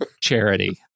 Charity